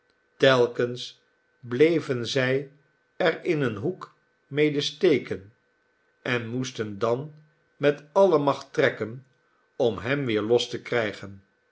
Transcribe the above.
telkens bleven zij er in een hoek mede steken en moesten dan met alle macht trekken om hem weer los te krijgen